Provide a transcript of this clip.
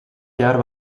jaar